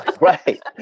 right